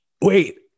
Wait